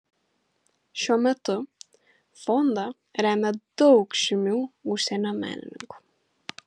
šiuo metu fondą remia daug žymių užsienio menininkų